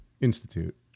Institute